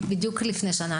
בדיוק לפני שנה,